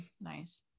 Nice